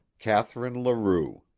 catharine larue.